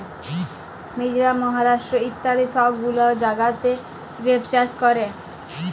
মিজরাম, মহারাষ্ট্র ইত্যাদি সব গুলা জাগাতে গ্রেপ চাষ ক্যরে